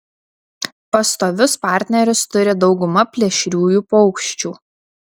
pastovius partnerius turi dauguma plėšriųjų paukščių